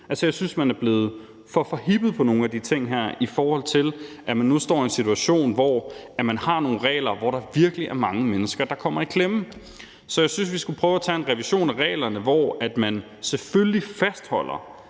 jeg synes, at man er blevet for forhippet på nogle af de her ting, i forhold til at man nu står i en situation, hvor man har nogle regler, og hvor der virkelig er mange mennesker, der kommer i klemme. Så jeg synes, at vi skulle prøve at foretage en revision af reglerne, hvor man selvfølgelig fastholder,